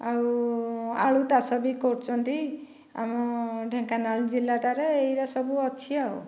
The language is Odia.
ଆଉ ଆଳୁ ଚାଷ ବି କରୁଛନ୍ତି ଆମ ଢେଙ୍କାନାଳ ଜିଲ୍ଲା ଟାରେ ଏହିଗୁଡ଼ା ସବୁ ଅଛି ଆଉ